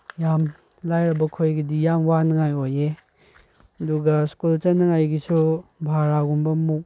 ꯌꯥꯝ ꯂꯥꯏꯔꯕ ꯑꯩꯈꯣꯏꯒꯤꯗꯤ ꯌꯥꯝ ꯋꯥꯅꯉꯥꯏ ꯑꯣꯏꯌꯦ ꯑꯗꯨꯒ ꯁ꯭ꯀꯨꯜ ꯆꯠꯅꯉꯥꯏꯒꯤꯁꯨ ꯕꯔꯥꯒꯨꯝꯕ ꯃꯨꯛ